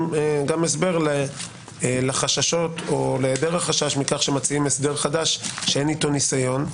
הסבר לחששות או להיעדר החשש מכך שמציעים הסדר חדש שאין איתו ניסיון.